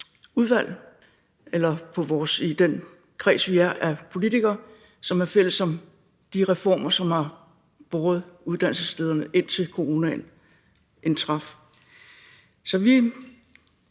udvalg – eller i den kreds af politikere, vi er, og som er fælles om de reformer, som har båret uddannelsesstederne, indtil coronaen indtraf. Så vi